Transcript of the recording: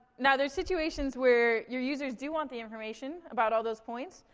now there's situations where your users do want the information about all those points,